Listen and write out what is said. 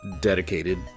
dedicated